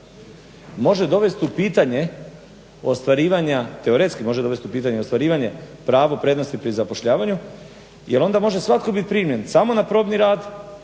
može dovest u pitanje ostvarivanja teoretski može dovest u pitanje ostvarivanje pravo prednosti pri zapošljavanju, jer onda može svatko bit primljen samo na probni rad,